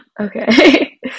Okay